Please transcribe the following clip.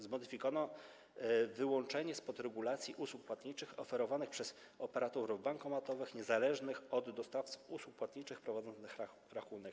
Zmodyfikowano wyłączenie spod regulacji usług płatniczych oferowanych przez operatorów bankomatów niezależnych od dostawców usług płatniczych prowadzących rachunek.